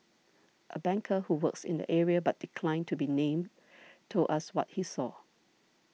a banker who works in the area but declined to be named told us what he saw